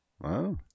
Wow